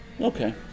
Okay